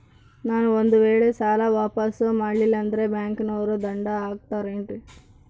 ನಾನು ಒಂದು ವೇಳೆ ಸಾಲ ವಾಪಾಸ್ಸು ಮಾಡಲಿಲ್ಲಂದ್ರೆ ಬ್ಯಾಂಕನೋರು ದಂಡ ಹಾಕತ್ತಾರೇನ್ರಿ?